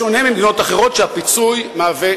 בשונה ממדינות אחרות, שהפיצוי מהווה,